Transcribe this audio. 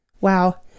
Wow